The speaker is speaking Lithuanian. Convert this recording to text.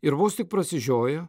ir vos tik prasižioja